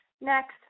next